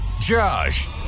Josh